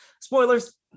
spoilers